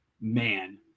man